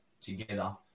together